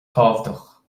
tábhachtach